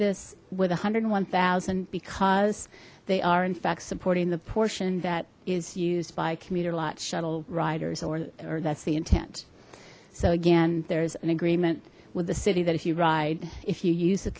this with a hundred and one thousand because they are in fact supporting the portion that is used by commuter lot shuttle riders or that's the intent so again there's an agreement with the city that if you ride if you use the